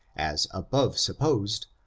as above sup posed,